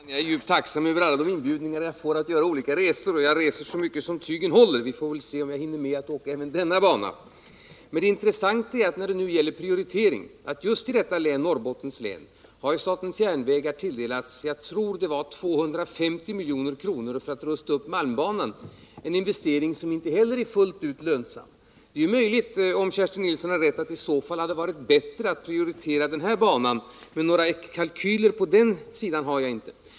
Herr talman! Jag är djupt tacksam över alla de inbjudningar jag får att göra olika resor. Jag reser så mycket tygen håller. Vi får väl se om jag hinner med att åka även denna bana. Men det intressanta när det gäller prioritering är att just i detta län, Norrbottens län, har statens järnvägar tilldelats 250 milj.kr., tror jag det var, för att rusta upp malmbanan. Det är en investering som inte heller är fullt ut lönsam. Det är möjligt, om Kerstin Nilsson har rätt, att det i så fall varit bättre att prioritera den här banan, men några kalkyler på den sidan har jag inte.